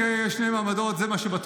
בכל מקרה יש שני מעמדות, זה מה שבטוח.